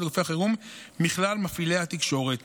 לגופי החירום מכלל מפעילי התקשורת.